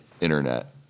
internet